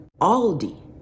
Aldi